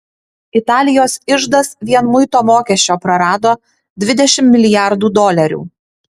italijos iždas vien muito mokesčio prarado dvidešimt milijardų dolerių